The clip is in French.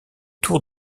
tour